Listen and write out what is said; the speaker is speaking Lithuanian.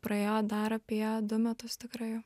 praėjo dar apie du metus tikrai